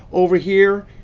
over here,